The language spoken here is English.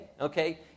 Okay